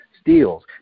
steals